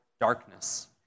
Darkness